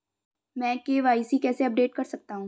मैं के.वाई.सी कैसे अपडेट कर सकता हूं?